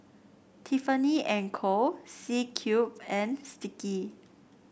Tiffany And Co C Cube and Sticky